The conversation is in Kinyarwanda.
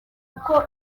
kuko